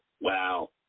wow